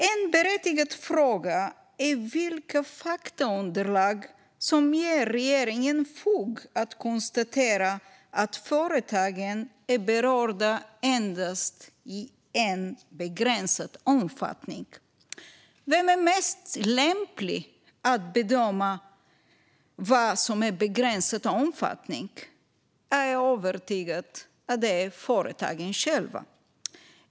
En berättigad fråga är vilka faktaunderlag som ger regeringen fog att konstatera att företagen är berörda endast i en begränsad omfattning. Vem är mest lämplig att bedöma vad som är begränsad omfattning? Jag är övertygad om att det är företagen själva.